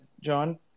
John